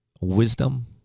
wisdom